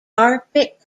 carpet